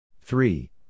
Three